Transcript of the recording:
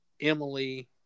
Emily